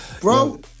Bro